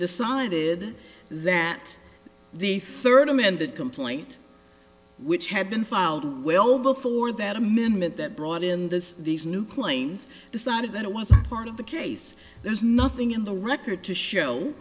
decided that the third amended complaint which had been filed well before that amendment that brought in this these new claims decided that it was a part of the case there's nothing in the record to show